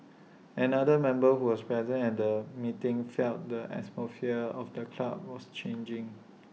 another member who was present at the meeting felt the atmosphere of the club was changing